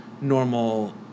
normal